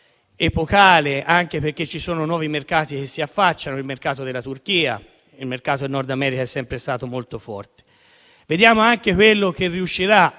epocale, anche perché ci sono nuovi mercati che si affacciano, come quello della Turchia, mentre il mercato del Nord America è sempre stato molto forte. Vedremo anche quello che riuscirà